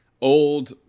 old